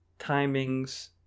timings